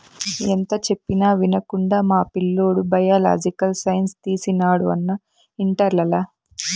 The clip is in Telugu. ఎంత చెప్పినా వినకుండా మా పిల్లోడు బయలాజికల్ సైన్స్ తీసినాడు అన్నా ఇంటర్లల